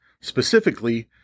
Specifically